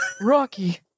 Rocky